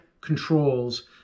controls